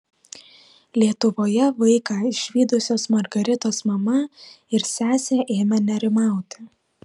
lietuvoje vaiką išvydusios margaritos mama ir sesė ėmė nerimauti